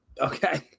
Okay